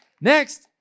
Next